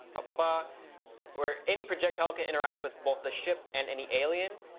ba ba where any projectile can interact with both the ship and any alien,